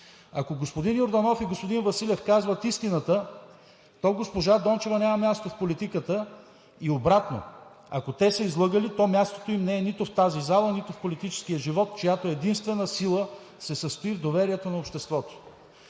Ако господин Йорданов и господин Василев казват истината, то госпожа Дончева няма място в политиката и обратно – ако те са излъгали, то мястото им не е нито в тази зала, нито в политическия живот, чиято единствена сила се състои в доверието на обществото.